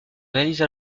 réalise